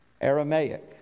Aramaic